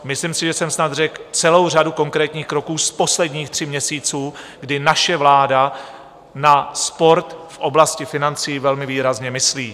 Myslím si, že jsem snad řekl celou řadu konkrétních kroků z posledních tří měsíců, kdy naše vláda na sport v oblasti financí velmi výrazně myslí.